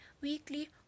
weekly